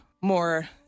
more